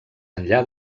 enllà